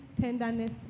tenderness